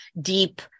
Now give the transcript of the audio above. deep